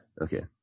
Okay